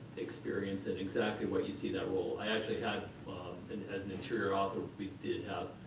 experience, and exactly what you see that role. i actually had and as an interior author we did